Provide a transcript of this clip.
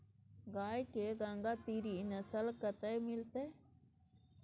गाय के गंगातीरी नस्ल कतय मिलतै?